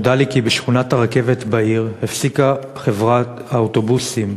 נודע לי כי בשכונת-הרכבת בעיר הפסיקה חברת האוטובוסים